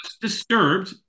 disturbed